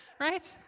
right